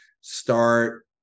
start-